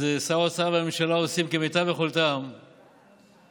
אז שר האוצר והממשלה עושים כמיטב יכולתם להקל